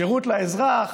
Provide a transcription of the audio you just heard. שירות לאזרח,